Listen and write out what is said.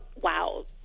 wow